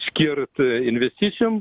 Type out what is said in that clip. skirt investicijom